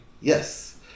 yes